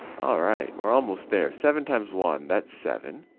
all right, we're almost there. seven times one, that's seven.